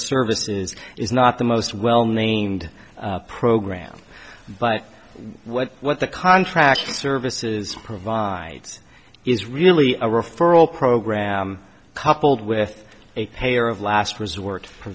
services is not the most well named program but what what the contract services provide is really a referral program coupled with a payer of last resort